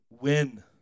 win